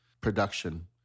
production